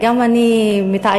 גם אני מתעייפת,